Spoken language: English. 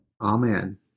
Amen